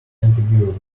configurable